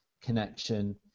connection